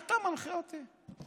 אתה מנחה אותי?